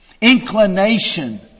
inclination